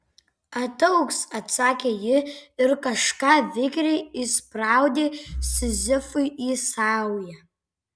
ataugs atsakė ji ir kažką vikriai įspraudė sizifui į saują